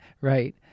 right